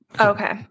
Okay